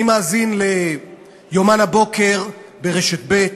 מאזין ל"יומן הבוקר" ברשת ב',